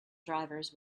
drivers